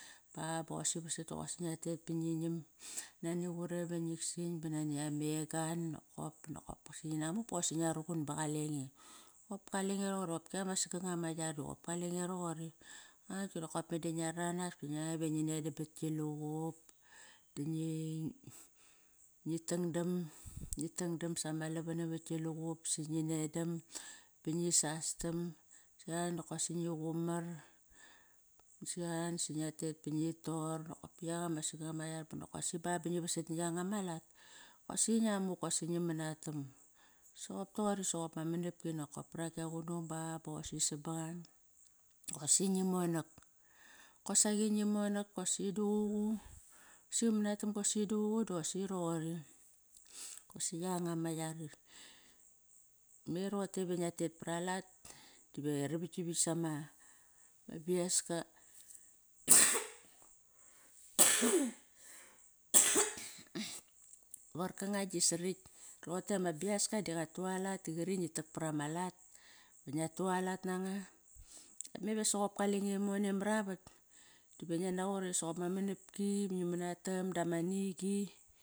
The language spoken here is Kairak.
Ba, ba qosi vasat doqosi ngia tet ba ngi nam nani qurem va nging san ba nani ama ama egan nokop. Ba nokop si inamuk baqosi ngia ruqun ba qalenge. Qop kalenge roqori. Qopki ama saganga ma yar qop. Kalenge roqori ba bonokop meda ngia ranas ba ngia ba ngi nedam bat gi luqup da ngi tangdam. Ngi tangdam sama lavan navat gi luqup si ngi nedam ba ngi sasdam sia nokosaqi ngi qumar, sia si ngia tet ba ngi tor nokop yanga ama saganga ma yar ba nokop si a ba ngi vasat na yanga ma lat. Kosi ngia mu ngi manatam, soqop toqori soqop ma manapki nokop paragi a qunung ba boqosi sabangang Qosi ngi monak, kosaqi ngi monak bosi duququ bosi manatam bosi duququ doqosi roqori. Qosi yanga ma yar, me roqorte ve ngi tet para lat, dive ravaktavakt sama biaska varkanga gi srakt. Roqote ma biaska di qatualat da qari ngi tak par ama lat. Ve ngiat tualat nanga, me va soqop kalenge mone maravat dive ngia naqot ive soqop ama manapki, ngi manatam dama nigi.